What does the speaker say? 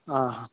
ಹಾಂ ಹಾಂ